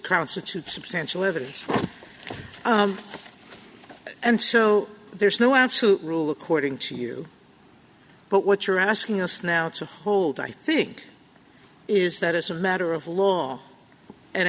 constitute substantial evidence and so there's no absolute rule according to you but what you're asking us now to hold i think is that as a matter of law an